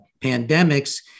pandemics